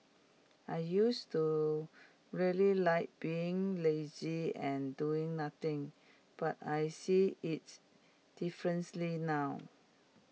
I used to really like being lazy and doing nothing but I see its differently now